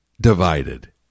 divided